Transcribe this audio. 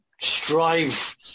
strive